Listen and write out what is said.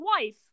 wife